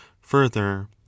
further